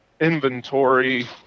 inventory